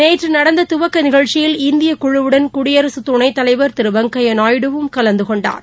நேற்றுநடந்ததுவக்கநிகழ்ச்சியில் இந்தியகுழுவுடன் குடியரசுதுணைதலைவர் திருவெங்கையாநாயுடுவும் கலந்தகொண்டார்